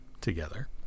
together